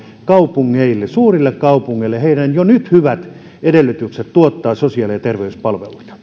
suurille kaupungeille heidän jo nyt hyvät edellytyksensä tuottaa sosiaali ja terveyspalveluita